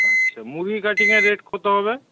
আচ্ছা মুরগি কাটিংয়ের রেট কত হবে